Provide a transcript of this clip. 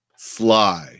sly